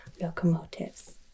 locomotives